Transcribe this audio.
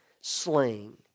sling